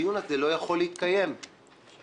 הדיון הזה לא יכול להתקיים -- הוא ניתן.